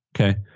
Okay